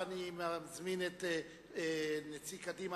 אני מזמין את נציג קדימה,